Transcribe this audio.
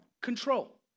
control